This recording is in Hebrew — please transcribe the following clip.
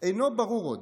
אינו ברור עוד,